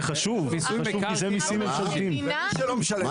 ומי שלא משלם --- זה חשוב.